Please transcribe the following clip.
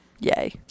yay